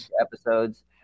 episodes